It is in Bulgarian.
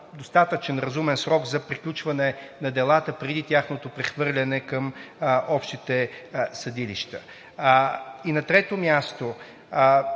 достатъчен разумен срок за приключване на делата, преди тяхното прехвърляне към общите съдилища. На трето място,